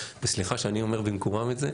וסליחה שאני אומר את זה במקומם,